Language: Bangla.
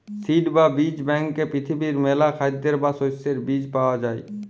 সিড বা বীজ ব্যাংকে পৃথিবীর মেলা খাদ্যের বা শস্যের বীজ পায়া যাই